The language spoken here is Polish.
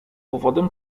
powodem